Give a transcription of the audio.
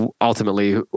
ultimately